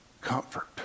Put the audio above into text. comfort